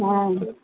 நான் வந்து